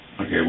okay